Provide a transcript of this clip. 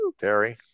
Terry